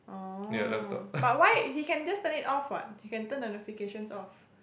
orh but why he can just turn it off what he can turn notifications off